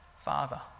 father